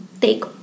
take